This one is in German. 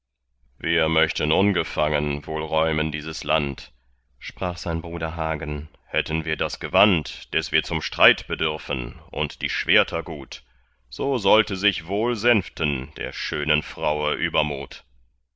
wir möchten ungefangen wohl räumen dieses land sprach sein bruder hagen hätten wir das gewand des wir zum streit bedürfen und die schwerter gut so sollte sich wohl sänften der schönen fraue übermut